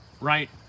right